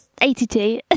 82